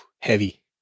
heavy